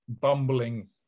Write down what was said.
bumbling